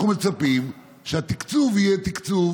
אנחנו מצפים שהתקצוב יהיה תקצוב